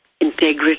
integrity